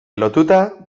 lotuta